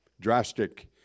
drastic